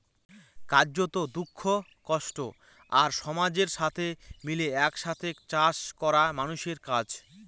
কার্যত, দুঃখ, কষ্ট আর সমাজের সাথে মিলে এক সাথে চাষ করা মানুষের কাজ